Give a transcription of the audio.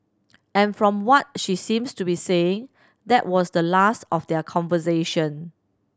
and from what she seems to be saying that was the last of their conversation